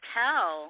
tell